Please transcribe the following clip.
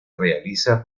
realiza